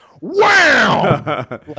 wow